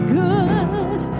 good